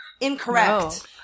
Incorrect